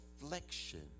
reflection